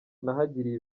nahagiriye